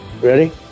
Ready